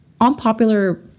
unpopular